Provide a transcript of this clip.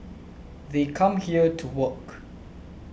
they come here to work